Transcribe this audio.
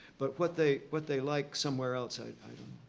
but what they what they like somewhere else, i